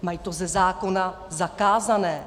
Mají to ze zákona zakázáno.